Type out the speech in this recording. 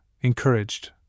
encouraged